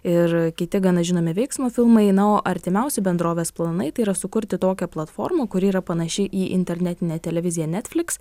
ir kiti gana žinomi veiksmo filmai na o artimiausi bendrovės planai tai yra sukurti tokią platformą kuri yra panaši į internetinę televiziją netflix